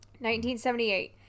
1978